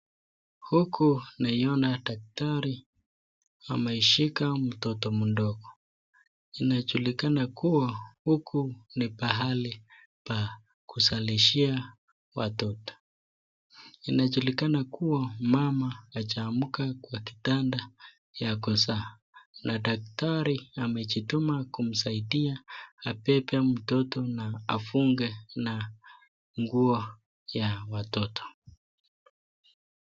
Huku naiona daktari ameshika mtoto mdogo inajulikana kuwa huku ni pahali pa kuzalishia watoto, inajulikana kuwa mama hajaamka kwa kitanda ya kuzaa na daktari amejituma kumsaidia abebe mtoto na afunge na nguo ya watoto.